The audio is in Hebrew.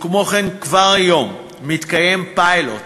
וכמו כן, כבר היום מתקיים פיילוט